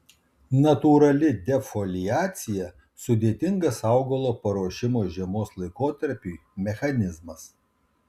natūrali defoliacija sudėtingas augalo paruošimo žiemos laikotarpiui mechanizmas